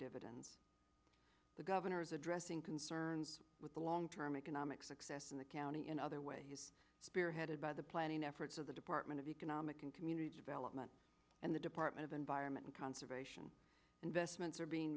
dividends the governor is addressing concerns with the long term economic success in the county in other ways spearheaded by the planning efforts of the department of economic and community development and the department of environment and conservation investments are being